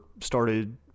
started